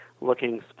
looking